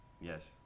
Yes